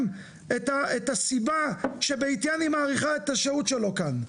את הסיבה שבעטיין היא מאריכה את השהות שלו כאן.